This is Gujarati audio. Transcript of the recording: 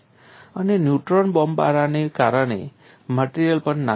અને ન્યુટ્રોન બોમ્બમારાને કારણે મટેરીઅલ પણ નાશ પામે છે